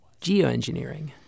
geoengineering